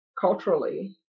culturally